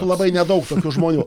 labai nedaug tokių žmonių